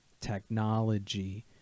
technology